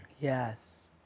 Yes